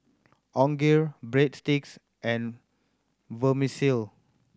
Onigiri Breadsticks and Vermicelli